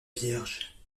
vierge